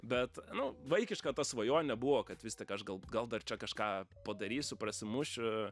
bet nu vaikiška ta svajonė buvo kad vis tik aš gal gal dar čia kažką padarysiu prasimušiu